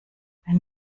wenn